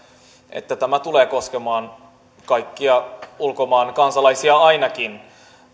että tämä tulee koskemaan kaikkia ulkomaan kansalaisia ainakin